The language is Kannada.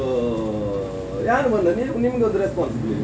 ಮೊಬೈಲ್ ನ್ನು ಅಂತರ್ ಜಾಲದಲ್ಲಿ ತೆಗೋಲಿಕ್ಕೆ ಕಂತುಗಳಲ್ಲಿ ದುಡ್ಡನ್ನು ಕಟ್ಟುವ ಬಗ್ಗೆ ಹೇಳಿ